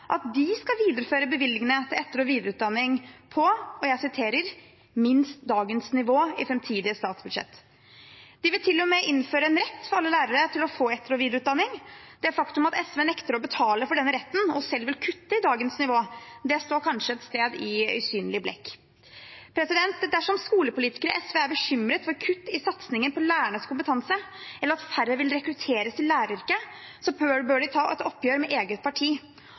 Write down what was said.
at de skal videreføre bevilgningene til etter- og videreutdanning på «minst dagens nivå» i framtidige statsbudsjetter. De vil til og med innføre en rett for alle lærere til å få etter- og videreutdanning. Det faktum at SV nekter å betale for denne retten og selv vil kutte i dagens nivå, står kanskje et sted i usynlig blekk. Dersom skolepolitikere i SV er bekymret for kutt i satsingen på lærernes kompetanse, eller at færre vil rekrutteres til læreryrket, bør de ta et oppgjør med eget parti.